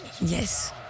Yes